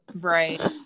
Right